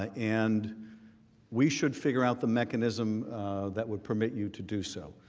and we should figure out the mechanism that would permit you to do so.